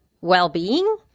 well-being